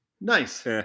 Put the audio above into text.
Nice